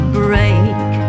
break